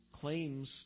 claims